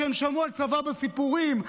ששמעו על צבא בסיפורים,